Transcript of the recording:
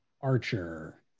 Archer